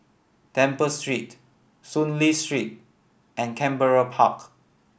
Temple Street Soon Lee Street and Canberra Park